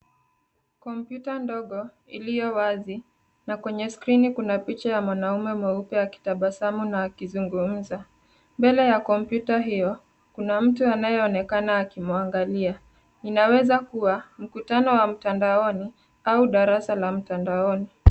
Kompyuta ndogo iliyo wazi na kweye skrini kuna picha ya mwanaume mweupe akitabasamu na akizungumza. Mbele ya kompyuta hiyo, kuna mtu anayeonekana akimwangalia. Inaweza kuwa mkutano wa mtandaoni au darasa la mtandaoni.